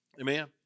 Amen